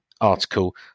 article